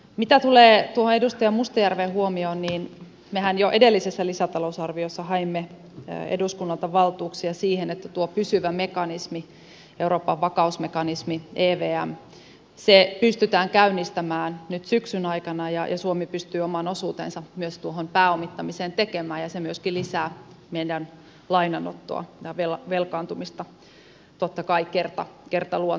mitä tulee tuohon edustaja mustajärven huomioon niin mehän jo edellisessä lisätalousarviossa haimme eduskunnalta valtuuksia siihen että tuo pysyvä mekanismi euroopan vakausmekanismi evm pystytään käynnistämään nyt syksyn aikana ja suomi pystyy oman osuutensa myös tuohon pääomittamiseen tekemään ja se myöskin lisää meidän lainanottoa ja velkaantumista totta kai kertaluontoisesti